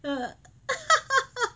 uh